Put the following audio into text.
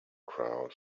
crowd